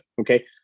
Okay